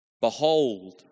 Behold